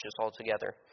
altogether